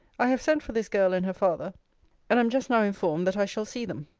i have sent for this girl and her father and am just now informed, that i shall see them.